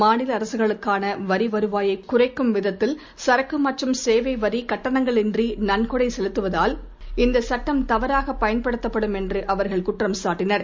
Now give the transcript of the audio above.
மாநிலஅரசுகளுக்கானவரிவருவாயைக் குறைக்கும் விதத்தில் சரக்குமற்றும் சேவைவரிகட்டணங்களின்றிநன்கொடைசெலுத்துவதால் இந்தசட்டம் தவறாகபயன்படுத்தப்படும் என்றுஅவர்கள் குற்றம் சாட்டினர்